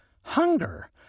hunger